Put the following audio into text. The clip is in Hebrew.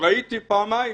ראיתי פעמיים: